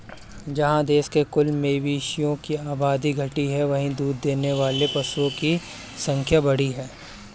जहाँ देश में कुल मवेशियों की आबादी घटी है, वहीं दूध देने वाले पशुओं की संख्या बढ़ी है